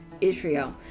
Israel